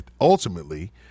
ultimately